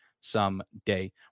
someday